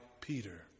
Peter